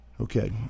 Okay